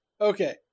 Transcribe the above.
Okay